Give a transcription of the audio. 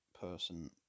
person